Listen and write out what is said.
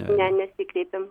ne nesikreipėm